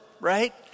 right